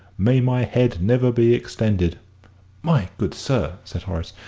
may my head never be extended my good sir, said horace,